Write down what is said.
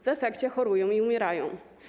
W efekcie chorują i umierają.